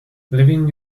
living